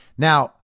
Now